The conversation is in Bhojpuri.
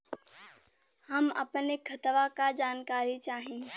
हम अपने खतवा क जानकारी चाही?